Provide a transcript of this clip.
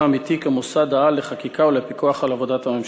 האמיתי כמוסד-על לחקיקה ולפיקוח על עבודת הממשלה,